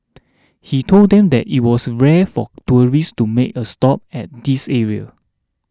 he told them that it was rare for tourists to make a stop at this area